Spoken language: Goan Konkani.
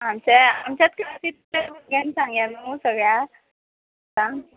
आमचे आमच्यात क्लासीत भुरग्यांक सांगया न्हू सगळ्या सांग